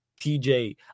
TJ